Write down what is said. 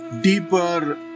deeper